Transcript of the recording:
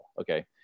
okay